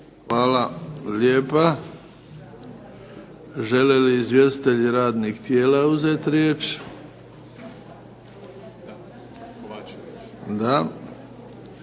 Hvala lijepa. Žele li izvjestitelji radnih tijela uzeti riječ? Da.